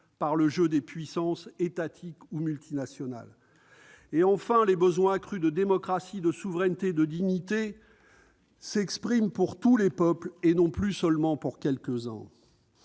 par le jeu des puissances étatiques ou multinationales. Enfin, une exigence accrue de démocratie, de souveraineté et de dignité pour tous les peuples, et non plus seulement pour quelques-uns,